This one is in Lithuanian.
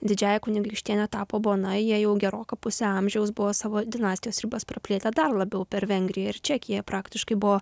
didžiąja kunigaikštiene tapo bona jie jau geroką pusę amžiaus buvo savo dinastijos ribas praplėtę dar labiau per vengriją ir čekiją praktiškai buvo